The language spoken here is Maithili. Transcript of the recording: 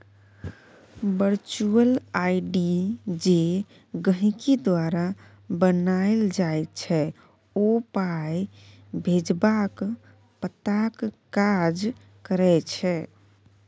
बर्चुअल आइ.डी जे गहिंकी द्वारा बनाएल जाइ छै ओ पाइ भेजबाक पताक काज करै छै